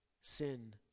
sin